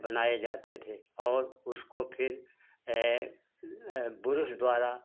बनाए जाते थे और उसको फिर बुरुश द्वारा